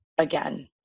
again